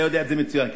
אתה יודע את זה מצוין,